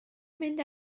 mynd